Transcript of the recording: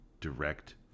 direct